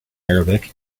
arabic